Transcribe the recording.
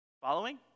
Following